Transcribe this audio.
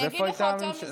אני אגיד לך יותר מזה,